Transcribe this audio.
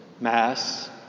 mass